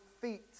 feet